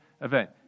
event